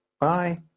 Bye